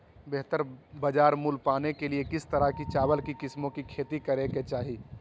बेहतर बाजार मूल्य पाने के लिए किस तरह की चावल की किस्मों की खेती करे के चाहि?